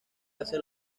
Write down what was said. hace